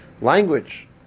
Language